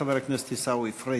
חבר הכנסת עיסאווי פריג',